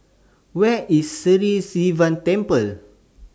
Where IS Sri Sivan Temple